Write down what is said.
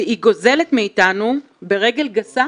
והיא גוזלת מאיתנו ברגל גסה